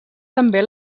també